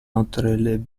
entrer